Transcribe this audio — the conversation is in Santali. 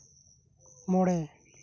ᱢᱚᱬᱮ